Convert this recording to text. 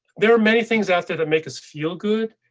there are many things after that make us feel good,